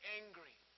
angry